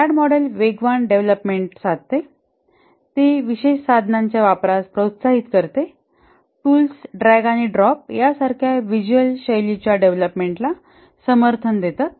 RAD model वेगवान development साधते ते विशेष साधनांच्या वापरास प्रोत्साहित करते टूल्स ड्रॅग आणि ड्रॉप यासारख्या व्हिज्युअल शैलीच्या डेव्हलपमेंटला समर्थन देतात